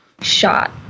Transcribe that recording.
shot